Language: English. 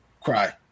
cry